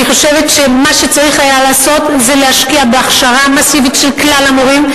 אני חושבת שמה שצריך היה לעשות זה להשקיע בהכשרה מסיבית של כלל המורים,